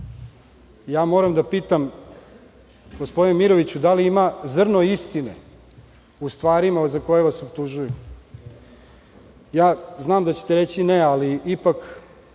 Moram da pitam - gospodine Miroviću, da li ima zrno istine u stvarima za koje vas optužuju? Znam da ćete reći ne, ali ipak,